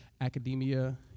academia